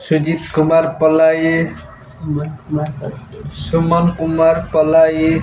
Sujit Kumar Palai Suman Kumar Palai